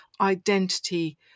identity